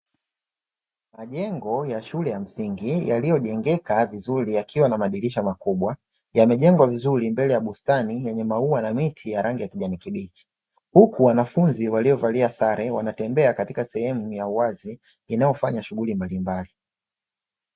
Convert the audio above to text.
Majengo ya shule ya msingi yaliyojengeka vizuri yakiwa na madirisha makubwa yamejengwa vizuri mbele ya bustani yenye maua na miti ya kijani kibichi, huku wanafunzi waliovalia sare wanatembea katika sehemu ya uwazi inayofanya shughuli mbalimbali.